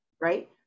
right